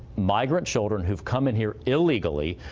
migrant children who come in here illegally.